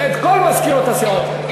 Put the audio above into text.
רבותי